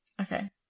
Okay